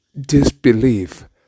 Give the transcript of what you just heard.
disbelief